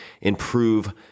improve